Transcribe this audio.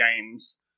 games